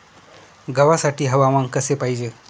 गव्हासाठी हवामान कसे पाहिजे?